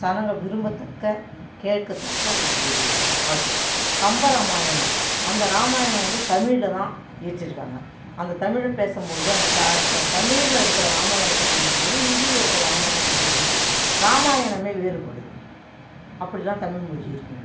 ஜனங்க விரும்பத்தக்க கேட்கத்தக்க ஒரு பாட்டு கம்பராமாயணம் அந்த ராமாயணம் வந்து தமிழில் தான் இயற்றி இருக்காங்க அந்த தமிழில் பேசும்போது அந்த க தமிழில் இருக்கிற ராமாயணத்தை படிக்கும்போது இந்தில இருக்கிற ராமாயணத்தை படிக்கும்போதும் ராமாயணமே வேறுபடுது அப்படிலாம் தமிழ் மொழி இருக்குங்க